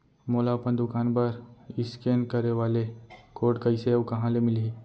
मोला अपन दुकान बर इसकेन करे वाले कोड कइसे अऊ कहाँ ले मिलही?